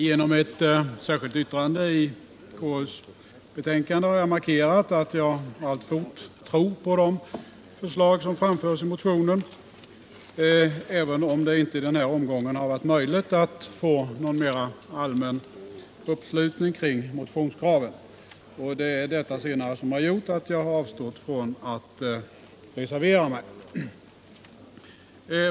Genom ett särskilt yttrande vid konstitutionsutskottets betänkande har jag markerat att jag alltfort tror på de förslag som framförts i motionen, även om det inte i denna omgång har varit möjligt att få någon mer allmän uppslutning kring motionens krav. Det är detta senare som har gjort att jag avstått från att reservera mig.